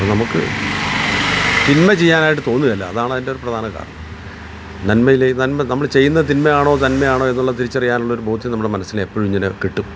നമുക്ക് പിന്നെ ചെയ്യാനായിട്ടു തോന്നുകേല അതാണ് അതിൻ്റെ ഒരു പ്രധാന കാരണം നന്മയിൽ നന്മ നമ്മൾ ചെയ്യുന്ന തിന്മയാണോ നന്മയാണോ എന്നുള്ള തിരിച്ചറിയാൻ ഉള്ളൊരു ബോധ്യം നമ്മളെ മനസ്സിന് എപ്പോഴും ഇങ്ങനെ കിട്ടും